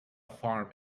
farm